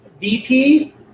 VP